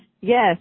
Yes